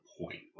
point